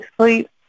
sleep